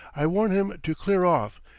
i warn him to clear off,